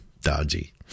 Dodgy